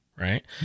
Right